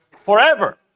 forever